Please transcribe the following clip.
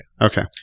Okay